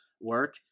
work